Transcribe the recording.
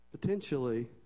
potentially